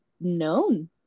known